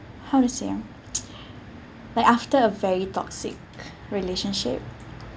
how to say ah like after a very toxic relationship